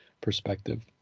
perspective